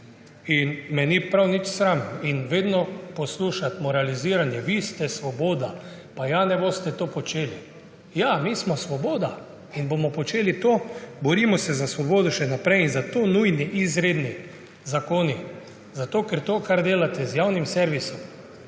In me ni prav nič sram. In vedno poslušamo moraliziranje, vi ste svoboda, pa ja ne boste tega počeli. Ja, mi smo Svoboda in bomo počeli to, borimo se za svobodo še naprej in zato so nujni, izredni zakoni. Zato ker to delate z javnim servisom,